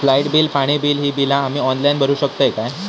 Light bill, पाणी bill, ही बिला आम्ही ऑनलाइन भरू शकतय का?